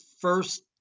first